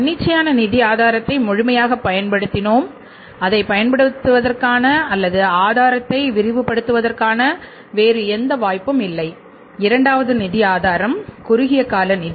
தன்னிச்சையான நிதி ஆதாரத்தை முழுமையாகப் பயன்படுத்தினோம் அதைப் பயன்படுத்துவதற்கான அல்லது ஆதாரத்தை விரிவுபடுத்துவதற்கான வேறு எந்த வாய்ப்பும் இல்லை இரண்டாவது நிதி ஆதாரம் குறுகிய கால நிதி